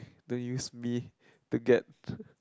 don't use me to get